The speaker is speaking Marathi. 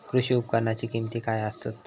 कृषी उपकरणाची किमती काय आसत?